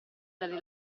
dalle